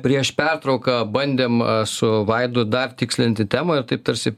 beje prieš pertrauką bandėm su vaidu dar tikslinti temą ir taip tarsi